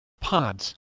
pods